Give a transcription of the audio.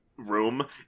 room